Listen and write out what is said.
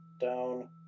down